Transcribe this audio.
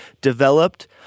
developed